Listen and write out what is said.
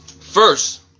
First